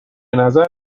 نظر